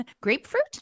Grapefruit